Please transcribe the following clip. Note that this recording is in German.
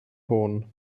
hohn